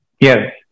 Yes